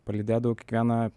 palydėdavau kiekvieną